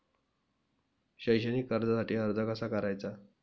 शैक्षणिक कर्जासाठी अर्ज कसा करायचा?